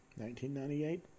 1998